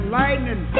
lightning